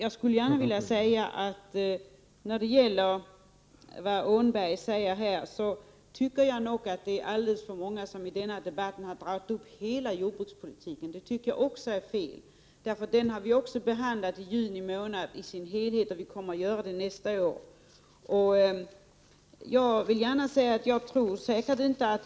Apropå det Annika Åhnberg säger tycker jag att det är alldeles för många som i denna debatt har tagit upp hela jordbrukspolitiken. Det tycker jag också är fel. Den behandlade vi i sin helhet i juni månad, och vi kommer att ta upp den även nästa år.